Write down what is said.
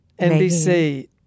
NBC